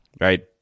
right